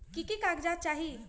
की की कागज़ात चाही?